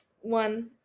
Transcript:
one